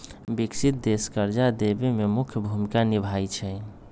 विकसित देश कर्जा देवे में मुख्य भूमिका निभाई छई